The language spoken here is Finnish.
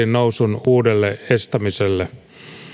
nousun estämiselle